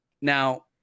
Now